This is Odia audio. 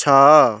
ଛଅ